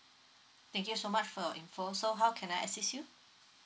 thank you so much for info so how can I assist you